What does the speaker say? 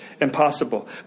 impossible